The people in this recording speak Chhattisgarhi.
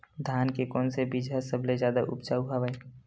धान के कोन से बीज ह सबले जादा ऊपजाऊ हवय?